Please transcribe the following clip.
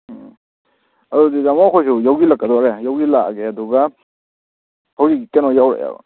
ꯎꯝ ꯑꯗꯨꯗꯤ ꯇꯥꯃꯣ ꯑꯩꯈꯣꯏꯁꯨ ꯌꯧꯁꯤꯜꯂꯛꯀꯗꯧꯔꯦ ꯌꯧꯁꯤꯜꯂꯛꯑꯒꯦ ꯑꯗꯨꯒ ꯍꯧꯖꯤꯛ ꯀꯩꯅꯣ ꯌꯥꯎꯔꯛꯑꯦꯕ